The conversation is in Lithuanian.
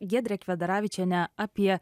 giedre kvedaravičiene apie